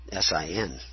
SIN